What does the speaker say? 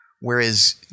whereas